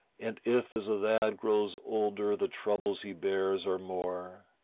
and if as a lad grows older the troubles he bears are more,